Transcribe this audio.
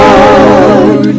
Lord